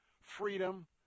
freedom